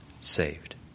saved